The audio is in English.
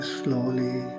slowly